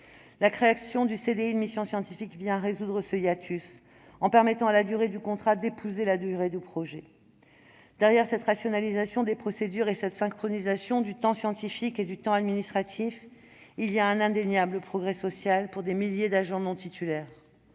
La création du CDI de mission scientifique vient résoudre ce hiatus, en permettant à la durée du contrat d'épouser la durée du projet. Derrière cette rationalisation des procédures et cette synchronisation du temps scientifique et du temps administratif, il y a aussi un indéniable progrès social pour des milliers d'agents non titulaires